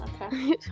Okay